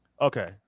okay